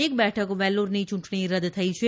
એક બેઠક વેલ્લોરની ચૂંટણી રદ થઇ છે